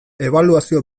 ebaluazio